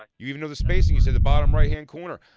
like you even know the spacing. you said the bottom right-hand corner.